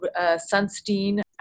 Sunstein